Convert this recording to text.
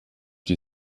die